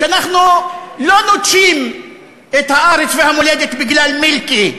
שאנחנו לא נוטשים את הארץ והמולדת בגלל מילקי.